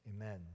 amen